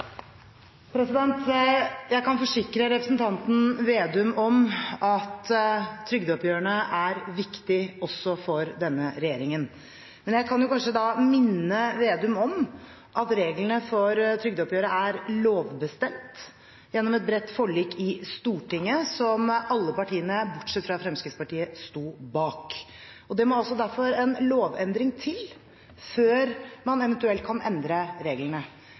Jeg kan forsikre representanten Slagsvold Vedum om at trygdeoppgjørene er viktige, også for denne regjeringen. Men jeg kan kanskje da minne Slagsvold Vedum om at reglene for trygdeoppgjøret er lovbestemt gjennom et bredt forlik i Stortinget som alle partiene bortsett fra Fremskrittspartiet sto bak. Det må altså derfor en lovendring til før man eventuelt kan endre reglene.